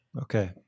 Okay